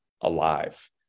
alive